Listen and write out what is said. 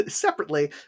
separately